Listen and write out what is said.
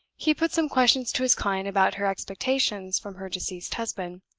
he put some questions to his client about her expectations from her deceased husband.